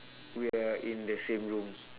we are in the same room